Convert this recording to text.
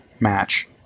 match